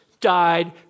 died